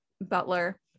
Butler